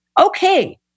okay